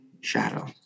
shadow